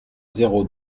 zéro